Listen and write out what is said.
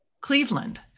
Cleveland